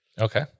okay